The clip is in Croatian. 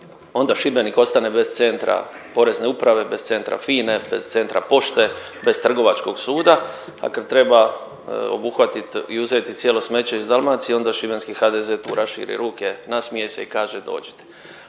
onda Šibenik ostane bez centra Porezne uprave, bez centra FINA-e, bez centra pošte, bez Trgovačkog suda, a kad treba obuhvatit i uzeti cijelo smeće iz Dalmacije, onda šibenski HDZ tu raširi ruke, nasmije se i kaže dođite.